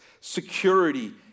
security